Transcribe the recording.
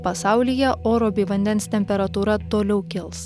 pasaulyje oro bei vandens temperatūra toliau kils